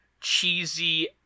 cheesy